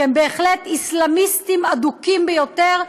שהם בהחלט אסלאמיסטים אדוקים ביותר,